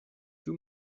too